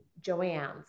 Joanne's